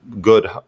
good